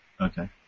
Okay